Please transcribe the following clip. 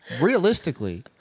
realistically